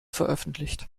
veröffentlicht